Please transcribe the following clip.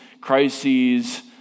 crises